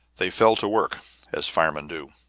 they fell to work as firemen do.